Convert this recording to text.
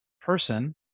person